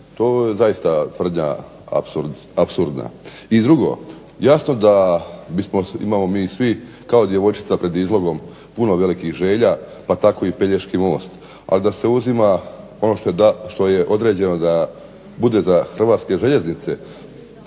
To je zaista tvrdnja apsurdna. I drugo jasno da bismo, imamo mi svi kao djevojčica pred izlogom puno velikih želja pa tako i pelješki most, ali da se uzima ono što je određeno da bude za Hrvatske željeznice